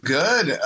good